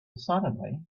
suddenly